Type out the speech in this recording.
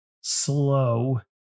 Slow